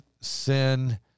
sin